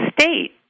state